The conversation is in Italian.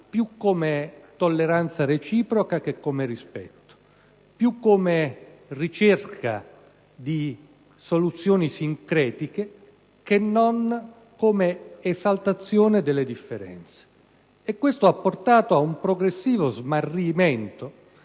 più come tolleranza reciproca che come rispetto; più come ricerca di soluzioni sincretiche che non come esaltazione delle differenze. Tutto ciò ha portato a un progressivo smarrimento